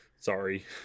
sorry